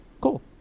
Cool